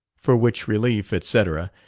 for which relief etc,